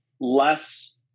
less